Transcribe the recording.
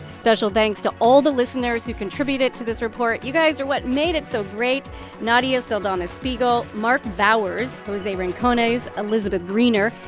special thanks to all the listeners who contributed to this report. you guys are what made it so great nadia saldana spiegle, mark vowers, jose rincones, elizabeth greener,